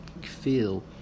feel